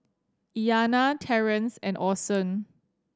Iyanna Terence and Orson